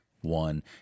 one